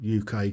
uk